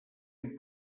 amb